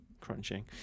crunching